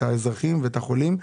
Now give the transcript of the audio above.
את האזרחים ואת החולים,